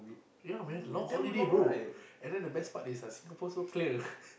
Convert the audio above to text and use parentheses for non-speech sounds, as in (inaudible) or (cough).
yeah man long holiday bro and then the best part is ah Singapore so clear (laughs)